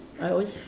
I always